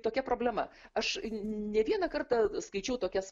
tokia problema aš ne vieną kartą skaičiau tokias